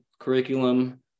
curriculum